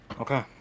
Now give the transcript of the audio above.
Okay